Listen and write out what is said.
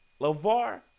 LaVar